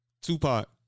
Tupac